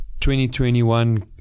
2021